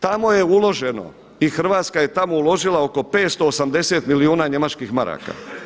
Tamo je uloženo i Hrvatska je tamo uložila oko 580 milijuna njemačkih maraka.